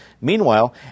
Meanwhile